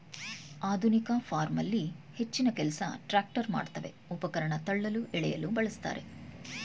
ಆಧುನಿಕ ಫಾರ್ಮಲ್ಲಿ ಹೆಚ್ಚಿನಕೆಲ್ಸ ಟ್ರ್ಯಾಕ್ಟರ್ ಮಾಡ್ತವೆ ಉಪಕರಣ ತಳ್ಳಲು ಎಳೆಯಲು ಬಳುಸ್ತಾರೆ